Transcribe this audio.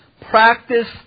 practice